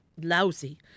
Lousy